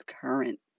current